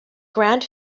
grand